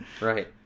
right